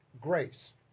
grace